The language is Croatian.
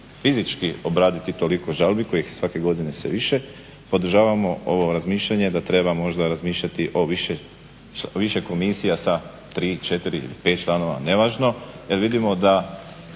fizički obraditi toliko žalbi kojih je svake godine sve više. Podržavamo ovo razmišljanje da treba možda razmišljati o više komisija sa 3, 4, 5 članova, nevažno jer vidimo da